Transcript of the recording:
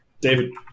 David